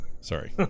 Sorry